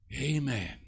Amen